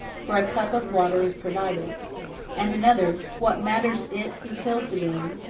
for a cup of water is provided and another what matters it who kills the game,